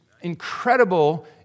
Incredible